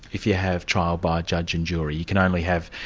if you have trial by judge and jury, you can only have